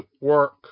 work